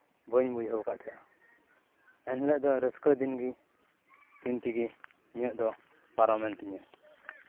ᱵᱟᱹᱧ ᱵᱩᱡᱷᱟᱹᱣ ᱠᱟᱜ ᱛᱟᱦᱮᱱᱟ ᱮᱱᱦᱤᱞᱳᱜ ᱫᱚ ᱨᱟᱹᱥᱠᱟᱹ ᱫᱤᱱ ᱜᱮ ᱛᱤᱱ ᱛᱮᱜᱮ ᱤᱧᱟᱹᱜ ᱫᱚ ᱯᱟᱨᱚᱢᱮᱱ ᱛᱤᱧᱟᱹ